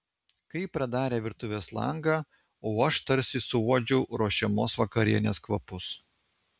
kai pradarė virtuvės langą o aš tarsi suuodžiau ruošiamos vakarienės kvapus